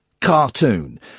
cartoon